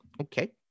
Okay